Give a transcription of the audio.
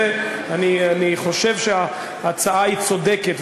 אני חושב שההצעה היא צודקת,